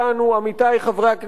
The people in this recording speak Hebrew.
עמיתי חברי הכנסת,